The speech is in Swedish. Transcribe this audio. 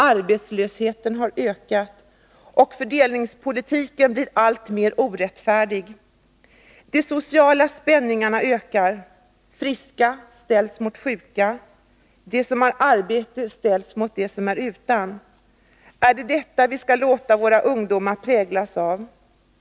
Arbetslösheten har ökat, och fördelningspolitiken har blivit alltmer orättfärdig. De sociala spänningarna har ökat. Friska ställs mot sjuka. De som har arbete ställs mot dem som är utan. Är det detta vi skall låta våra ungdomar präglas av?